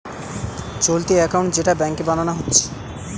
চলতি একাউন্ট যেটা ব্যাংকে বানানা হচ্ছে